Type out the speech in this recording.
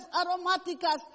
aromáticas